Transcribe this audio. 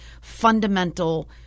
fundamental